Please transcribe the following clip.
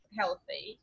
healthy